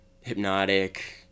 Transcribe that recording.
hypnotic